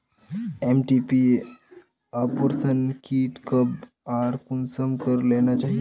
MTP abortion kit कब आर consume करे लेना चही?